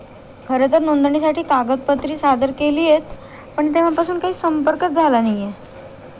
खरं तर नोंदणीसाठी कागदपत्रे सादर केली आहेत पण तेव्हापासून काही संपर्कच झाला नाही आहे